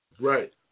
Right